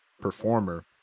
performer